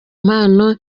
mpano